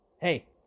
Hey